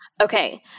Okay